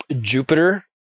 Jupiter